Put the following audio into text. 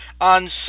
on